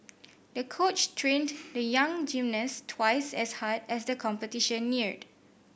the coach trained the young gymnast twice as hard as the competition neared